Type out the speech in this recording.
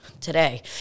Today